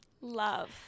love